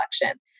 election